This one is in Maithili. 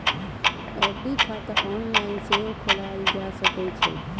एफ.डी खाता ऑनलाइन सेहो खोलाएल जा सकै छै